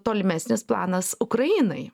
tolimesnis planas ukrainai